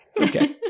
Okay